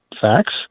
facts